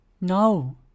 No